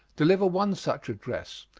deliver one such address,